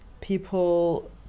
people